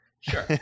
Sure